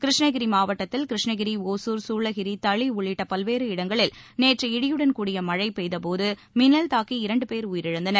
கிருஷ்ணகிரி மாவட்டத்தில் கிருஷ்ணகிரி ஒசூர் சூளகிரி தளி உள்ளிட்ட பல்வேறு இடங்களில் நேற்று இடியுடன் கூடிய மழை பெய்த போது மின்னல் தாக்கி இரண்டு பேர் உயிரிழந்தனர்